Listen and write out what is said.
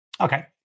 Okay